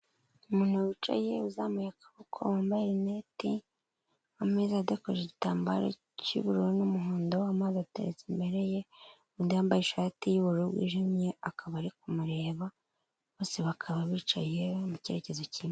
Umuntu wicaye uzamuye akaboko wambayenete, ameza adekoje igitambaro cy'ubururu n'umuhondo, amazi ateza imbere ye undi yambaye ishati y'ubururu bwijimye, akaba ari kumureba bose bakaba bicaye mu kerekezo kimwe.